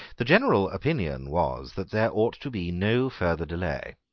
the general opinion was that there ought to be no further delay.